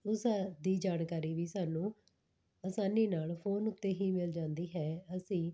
ਉਸ ਦੀ ਜਾਣਕਾਰੀ ਵੀ ਸਾਨੂੰ ਆਸਾਨੀ ਨਾਲ ਫੋਨ ਉੱਤੇ ਹੀ ਮਿਲ ਜਾਂਦੀ ਹੈ ਅਸੀਂ